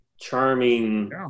charming